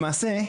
למעשה,